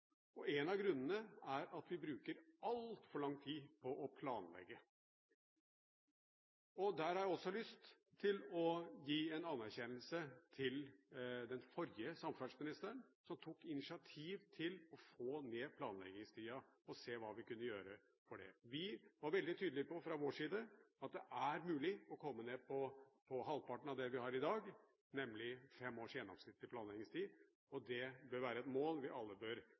opp. En av grunnene er at vi bruker altfor lang tid på å planlegge. Her har jeg lyst til å gi den forrige samferdselsministeren anerkjennelse. Hun tok initiativ til å få ned planleggingstiden, se på hva vi kunne gjøre med den. Vi var fra vår side veldig tydelige på at det er mulig å komme ned på halvparten av det vi har i dag, nemlig gjennomsnittlig fem års planleggingstid. Det bør være et mål vi alle bør